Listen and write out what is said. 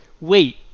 wait